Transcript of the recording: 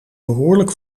behoorlijk